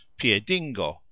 piedingo